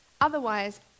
Otherwise